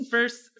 First